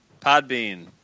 Podbean